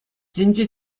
тӗнче